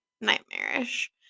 nightmarish